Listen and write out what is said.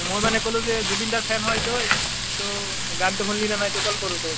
মই মানে ক'লোঁ যে জুবিনদাৰ ফেন হয় তই ত' গানটো শুনিলিনে নাই ত' কল কৰোঁ তোক